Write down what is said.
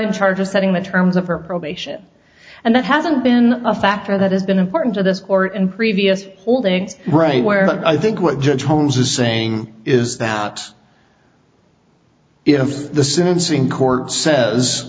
in charge of setting the terms of her probation and that hasn't been a factor that has been important to this or in previous holdings right where i think what judge holmes is saying is that if the sentencing court says